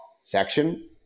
section